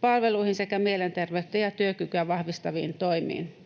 palveluihin sekä mielenterveyttä ja työkykyä vahvistaviin toimiin.